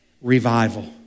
revival